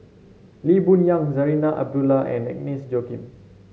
Lee Boon Yang Zarinah Abdullah and Agnes Joaquim